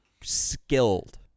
skilled